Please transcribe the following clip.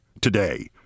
today